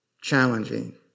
challenging